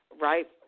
right